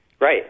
Right